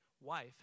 wife